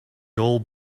old